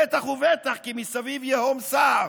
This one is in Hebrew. בטח ובטח, כי מסביב יהום סער.